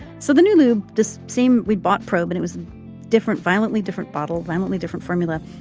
so the new lube does seem we bought probe and it was different, violently, different bottle, violently different formula.